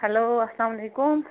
hello اَسَلام علیکُم